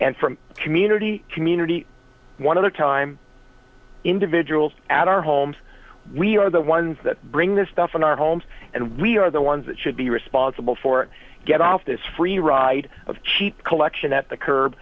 and from community community one other time individuals at our homes we are the ones that bring this stuff in our homes and we are the ones that should be responsible for get off this free ride of cheap collection at the curb